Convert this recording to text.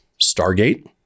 Stargate